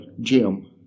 Jim